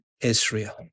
Israel